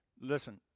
Listen